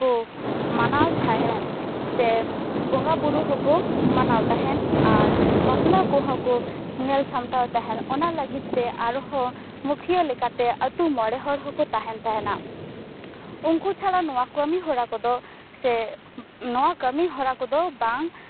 ᱠᱚ ᱢᱟᱱᱟᱣ ᱛᱟᱦᱮᱱ ᱥᱮ ᱵᱚᱸᱜᱟ ᱵᱳᱨᱳ ᱦᱚᱸᱠᱚ ᱢᱟᱱᱟᱣ ᱛᱟᱦᱮᱱ ᱟᱨ ᱵᱟᱯᱞᱟ ᱠᱚᱦᱚᱸ ᱠᱚ ᱧᱮᱞ ᱥᱟᱢᱴᱟᱣ ᱛᱟᱦᱮᱱ ᱚᱱᱟ ᱞᱟᱹᱜᱤᱫ ᱛᱮ ᱟᱨ ᱦᱚᱸ ᱢᱩᱠᱷᱤᱭᱟᱹ ᱞᱮᱠᱟᱛᱮ ᱟᱛᱳ ᱢᱚᱬᱮ ᱦᱚᱲ ᱦᱚᱸᱠᱚ ᱛᱟᱦᱮᱱ ᱛᱟᱦᱮᱱᱟ ᱩᱝᱠᱩ ᱪᱷᱟᱲᱟ ᱱᱚᱣᱟ ᱠᱟᱹᱢᱤ ᱦᱚᱨᱟ ᱠᱚᱫᱚ ᱥᱮ ᱱᱚᱣᱟ ᱠᱟᱹᱢᱤ ᱦᱚᱨᱟ ᱠᱚᱫᱚ ᱵᱟᱝ